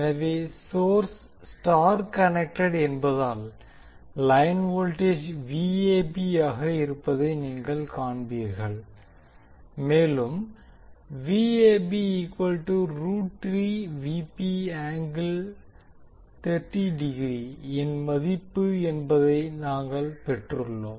எனவே source star connected என்பதால் line voltage ஆக இருப்பதை நீங்கள் காண்பீர்கள் மேலும் இன் மதிப்பு என்பதை நாங்கள் பெற்றுள்ளோம்